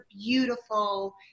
beautiful